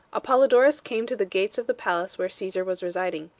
apollodorus came to the gates of the palace where caesar was residing.